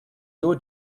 your